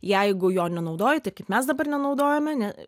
jeigu jo nenaudoji tai kaip mes dabar nenaudojame ne